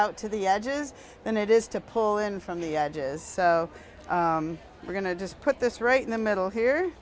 out to the edges than it is to pull in from the edges so we're going to just put this right in the middle here